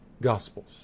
Gospels